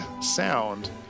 sound